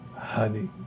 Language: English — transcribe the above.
Honey